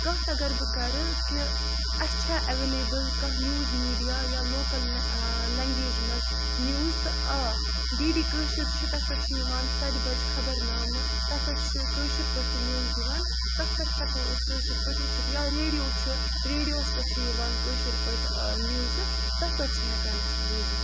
کَتھ اگر بہٕ کَرٕ کہِ اسہِ چھا ایٚولیبٕل کانٛہہ نِوٕز میٖڈیا یا لوٗکَل ٲں لینٛگویجہِ منٛز نِوٕز تہٕ آ ڈی ڈی کٲشُر چھُ تَتھ پٮ۪ٹھ چھِ یِوان سَتہِ بَجہِ خَبَر نامہٕ تَتھ پٮ۪ٹھ چھِ کٲشِر پٲٹھۍ تہِ نِوٕز یِوان تَتھ پٮ۪ٹھ ہیٚکو أسۍ کٲشِر پٲٹھۍ وُچھِتھ یا ریڈیو چھُ ریڈیوَس پٮ۪ٹھ چھِ یِوان کٲشِر پٲٹھۍ ٲں نِوزٕ تَتھ پٮ۪ٹھ چھِ ہیٚکان أسۍ بوٗزِتھ